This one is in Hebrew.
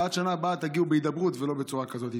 ועד השנה הבאה תגיעו בהידברות ולא בצורה כזאת.